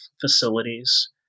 facilities